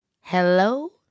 Hello